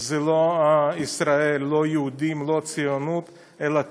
היא לא ישראל, לא היהודים, לא הציונות, אלא הטרור.